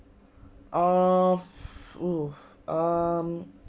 uh oh um